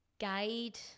guide